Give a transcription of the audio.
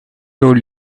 told